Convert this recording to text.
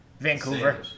Vancouver